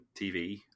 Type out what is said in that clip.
tv